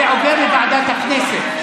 אז זה עובר לוועדת הכנסת.